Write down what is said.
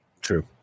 True